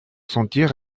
sentir